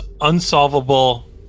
unsolvable